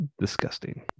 Disgusting